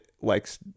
likes